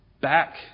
back